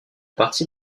partie